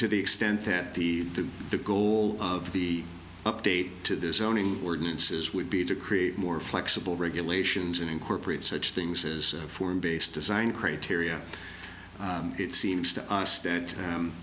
to the extent that the the goal of the update to this owning ordinances would be to create more flexible regulations and incorporate such things as form based design criteria it seems to us that